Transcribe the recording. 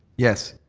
yes.